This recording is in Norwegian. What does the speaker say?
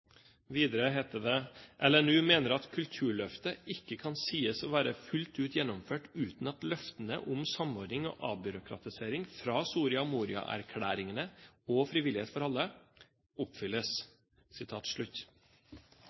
LNU mener at Kulturløftet ikke kan sies å være fullt ut gjennomført uten at løftene om samordning og avbyråkratisering fra Soria Moria-erklæringene og Frivillighet for alle oppfylles.»